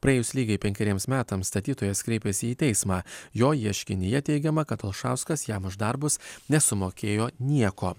praėjus lygiai penkeriems metams statytojas kreipėsi į teismą jo ieškinyje teigiama kad alšauskas jam už darbus nesumokėjo nieko